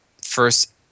first